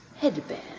Headband